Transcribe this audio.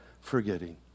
forgetting